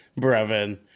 Brevin